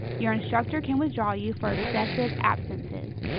your instructor can withdraw you for excessive absences.